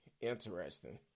Interesting